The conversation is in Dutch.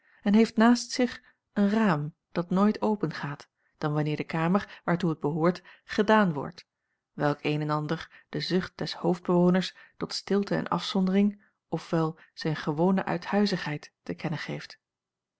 en heeft naast zich een raam dat nooit opengaat dan wanneer de kamer waartoe het behoort gedaan wordt welk een en ander de zucht des hoofdbewoners tot stilte en afzondering of wel zijn gewone uithuizigheid te kennen geeft